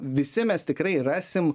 visi mes tikrai rasim